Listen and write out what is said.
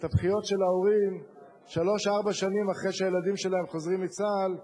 את הבכיות של ההורים שלוש-ארבע שנים אחרי שהילדים שלהם חוזרים מצה"ל,